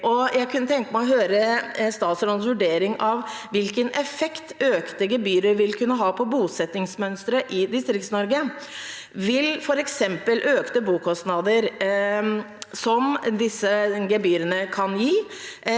statsrådens vurdering av hvilken effekt økte gebyrer vil kunne ha på bosettingsmønsteret i Distrikts-Norge. Vil f.eks. økte bokostnader, som disse gebyrene kan gi,